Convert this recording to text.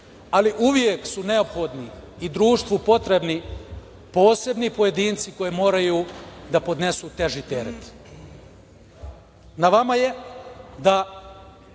ali uvek su neophodni i društvu potrebni posebni pojedinci koji moraju da podnesu teži teret. Na vama je da